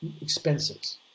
expenses